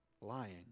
lying